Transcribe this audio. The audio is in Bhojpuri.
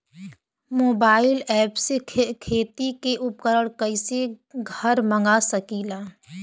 मोबाइल ऐपसे खेती के उपकरण कइसे घर मगा सकीला?